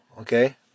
Okay